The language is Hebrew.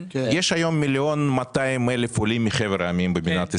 יש היום 1,200,000 עולים מחבר העמים במדינת ישראל.